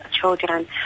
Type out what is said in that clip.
children